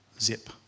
zip